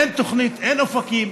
אין תוכנית, אין אופקים,